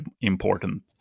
important